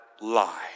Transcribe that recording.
lie